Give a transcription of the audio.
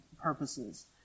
purposes